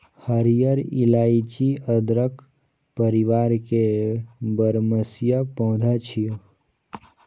हरियर इलाइची अदरक परिवार के बरमसिया पौधा छियै